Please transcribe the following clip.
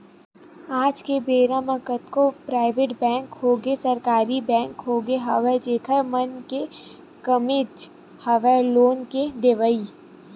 आज के बेरा म कतको पराइवेट बेंक होगे सरकारी बेंक होगे हवय जेखर मन के कामेच हवय लोन के देवई